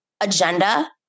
agenda